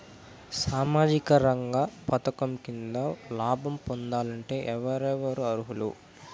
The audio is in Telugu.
సామాజిక రంగ పథకం కింద లాభం పొందాలంటే ఎవరెవరు అర్హులు?